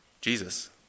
Jesus